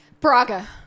Braga